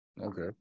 Okay